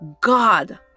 God